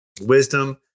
Wisdom